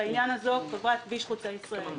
ובעניין הזה: חברת כביש חוצה ישראל.